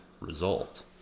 result